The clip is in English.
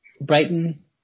Brighton